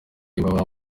umukinnyi